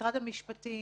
משרד המשפטים.